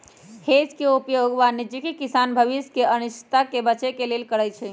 hedge के उपयोग वाणिज्यिक किसान भविष्य के अनिश्चितता से बचे के लेल करइ छै